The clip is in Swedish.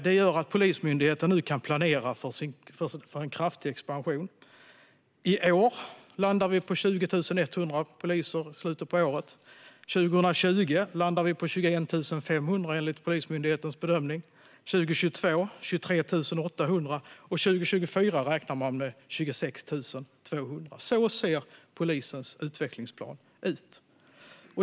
Det gör att Polismyndigheten kan planera för en kraftig expansion. I slutet av detta år landar vi på 20 100 poliser. År 2020 landar vi på 21 500, enligt Polismyndighetens bedömning. År 2022 blir det 23 800. Och år 2024 räknar man med 26 200. Så ser polisens utvecklingsplan ut.